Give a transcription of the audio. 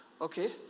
Okay